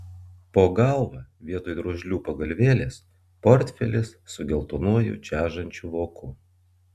po galva vietoj drožlių pagalvėlės portfelis su geltonuoju čežančiu voku